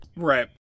Right